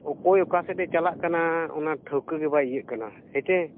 ᱚᱠᱚᱭ ᱚᱠᱟᱥᱮᱫ ᱮ ᱪᱟᱞᱟᱜ ᱠᱟᱱᱟ ᱚᱱᱟ ᱴᱷᱟᱹᱣᱠᱟᱹ ᱜᱮ ᱵᱟᱭ ᱤᱭᱟᱹᱜ ᱠᱟᱱᱟ ᱦᱮᱸᱥᱮ